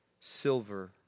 silver